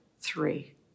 three